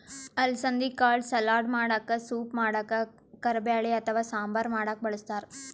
ಅಲಸಂದಿ ಕಾಳ್ ಸಲಾಡ್ ಮಾಡಕ್ಕ ಸೂಪ್ ಮಾಡಕ್ಕ್ ಕಾರಬ್ಯಾಳಿ ಅಥವಾ ಸಾಂಬಾರ್ ಮಾಡಕ್ಕ್ ಬಳಸ್ತಾರ್